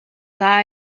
dda